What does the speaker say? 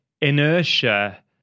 inertia